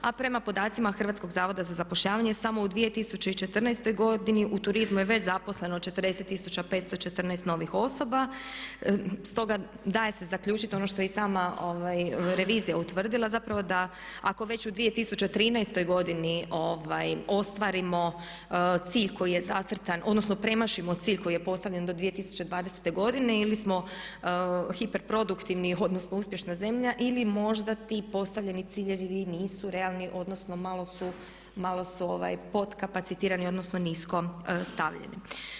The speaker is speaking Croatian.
A prema podacima Hrvatskog zavoda za zapošljavanje samo u 2014. godini u turizmu je već zaposleno 40 tisuća 514 novih osoba stoga daje se zaključiti ono što je i sama revizija utvrdila zapravo da ako već u 2013. godini ostvarimo cilj koji je zacrtan, odnosno premašimo cilj koji je postavljen do 2020. godine ili smo hiperproduktivni, odnosno uspješna zemlja ili možda ti postavljeni ciljevi nisu realni odnosno malo su podkapacitirani, odnosno nisko stavljeni.